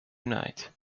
unite